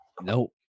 Nope